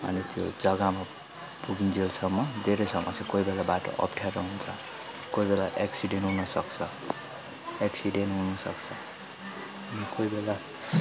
अनि त्यो जग्गामा पुगिन्जेलसम्म धेरै समस्या कोही बेला बाटो अप्ठ्यारो हुन्छ कोही बेला एक्सिडेन्ट हुन सक्छ एक्सिडेन्ट हुनु सक्छ कोही बेला